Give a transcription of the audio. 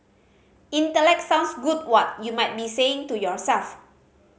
intellect sounds good what you might be saying to yourself